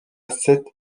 cette